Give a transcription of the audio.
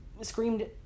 screamed